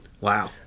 Wow